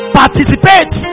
participate